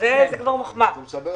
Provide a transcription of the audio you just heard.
זו כבר מחמאה.